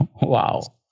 Wow